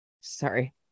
sorry